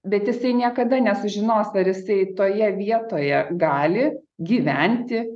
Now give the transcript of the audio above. bet jisai niekada nesužinos ar jisai toje vietoje gali gyventi